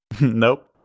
Nope